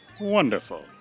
Wonderful